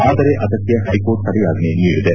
ಆದರೆ ಅದಕ್ಕೆ ಹೈಕೋರ್ಟ್ ತಡೆಯಾಜ್ಞೆ ನೀಡಿದೆ